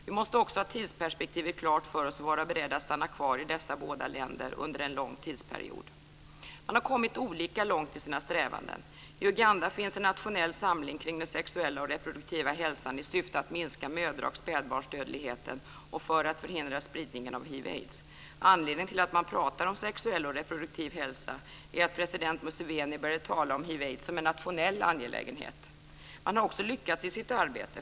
Vi måste också ha tidsperspektivet klart för oss och vara beredda att stanna kvar i dessa båda länder under en lång tidsperiod. Man har kommit olika långt i sina strävanden. I Uganda finns en nationell samling kring den sexuella och reproduktiva hälsan i syfte att minska mödra och spädbarnsdödligheten och för att förhindra spridningen av hiv aids som en nationell angelägenhet. Man har också lyckats i sitt arbete.